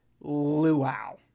Luau